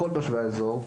לכל תושבי האזור,